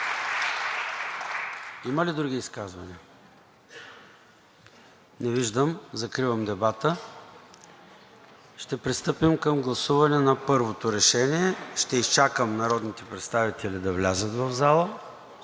Има ли други изказвания? Не виждам. Закривам дебата. Ще пристъпим към гласуване на първото решение. Ще изчакам всички народни представители да влязат в залата.